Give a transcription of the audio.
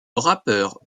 rappeur